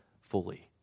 fully